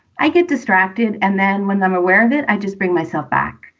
i get distracted. and then when i'm aware of it, i just bring myself back.